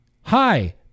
Hi